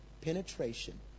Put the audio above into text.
penetration